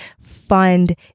fund